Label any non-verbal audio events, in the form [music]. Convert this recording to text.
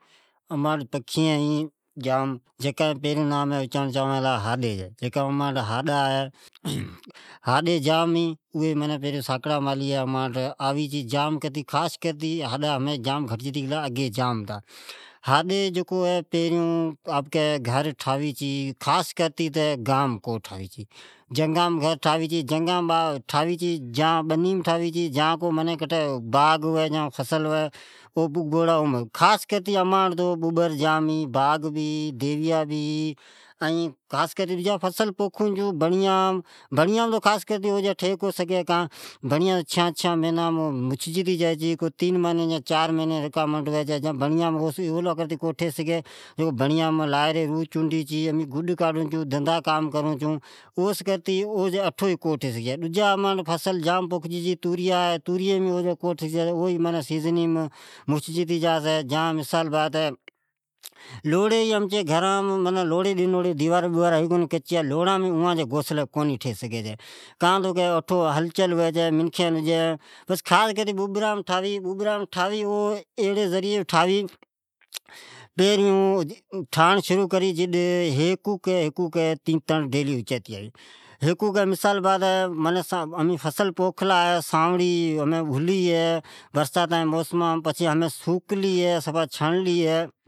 اماٹھ پکھیین ھےجام پرین ناء اچاعین لا ھاڈا جی۔ ھاڈی جام آوی چھی ۔خاص کرتی جام گٹ جی گلا۔ [hesitation] ھاڈی اگی جام ھتے ھمین گھٹ ریلی ھے۔ ھڈی آپکے گھر پیرین ٹھاوی خاص کرتے گانو کو اتھاوی چھی۔ اوی جھنگامین ٹھاوی چھے یا بنی ٹھاوی چھی۔ یا باغام ٹھاوی چھی۔ وعیرہ مین ٹھاوی چھے ۔خاص کرتے جھنگان مین ٹھاوی چھے، اماٹھ باغ ،بوبر ،دیویاھے ۔ دجئی فصل ھی بڑیا ھے بڑیا او گھر کونے ٹھاوی کان تو بڑیا چار مھنی یا چھی مھنی ھوی مچھجیتی جائی چھے ۔یا اولے ٹھئے سگھی سی کا تو لائیری روھ چنڈی چھے ۔یا امین گڈ کاڈون چھون اولی کرتے گھوسلےکونے ٹھے سگھی سی ڈجے توریا ھی اوم بھے کو ٹھیے سگھی۔ [hesitation] ڈجی اپچی لوڑی ھی اوامن بھے اوان جے گھوسلی کونےٹھاوی ۔کان تو اوٹھو ھلن چل ھوی چھی ۔منکھین آوی جائی چھی اولی کرتی۔ اٹھو بہ کو ٹھاوی ۔ او [hesitation] خاص کرتی بوبرانم ٹھاوی او پرئن ھیکو کی تینتڑ تینتڑ کرتی ڈیلی اچاتیآوی اتھاوی مثالا جی بات ھی امین فصل پوکھلا ھی ساوڑی ھلی ھی۔ اوا سوکلی ھی اوا